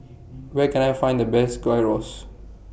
Where Can I Find The Best Gyros